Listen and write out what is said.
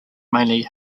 mainly